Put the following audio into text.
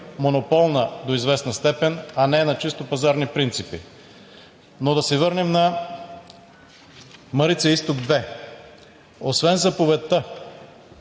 монополна до известна степен, а не на чисто пазарни принципи. Но да се върнем на „Марица изток 2“. Освен заповедта,